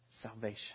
salvation